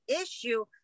issue